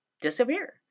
disappear